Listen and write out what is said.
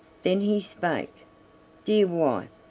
then he spake dear wife,